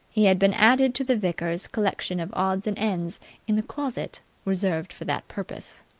he had been added to the vicar's collection of odds and ends in the closet reserved for that purpose.